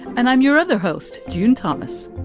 and i'm your other host. june thomas,